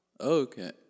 Okay